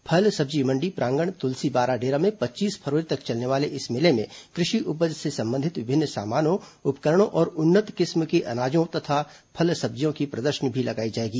फल सब्जी मंडी प्रांगण तुलसी बाराडेरा में पच्चीस फरवरी तक चलने वाले इस मेले में कृषि उपज से संबंधित विभिन्न सामानों उपकरणों और उन्नत किस्म के अनाजों तथा फल सब्जियों की प्रदर्शनी लगाई जाएगी